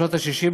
בשנות ה-60,